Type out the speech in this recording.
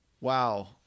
Wow